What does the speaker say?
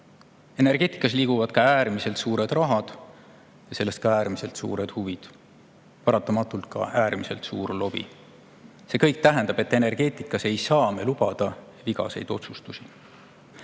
Energeetikas liiguvad äärmiselt suured rahad ja seetõttu ka äärmiselt suured huvid ja paratamatult ka äärmiselt suur lobi. See kõik tähendab, et energeetikas ei saa me lubada vigaseid otsustusi.